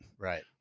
Right